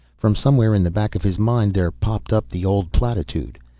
from somewhere in the back of his mind there popped up the old platitude.